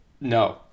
no